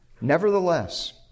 Nevertheless